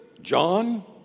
John